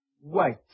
wait